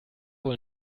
wohl